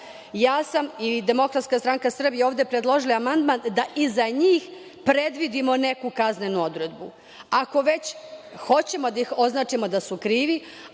za socijalni rad, ja sam i DSS ovde predložila amandman da i za njih predvidimo neku kaznenu odredbu. Ako već hoćemo da ih označimo da su krivi,